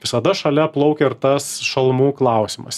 visada šalia plaukia ir tas šalmų klausimas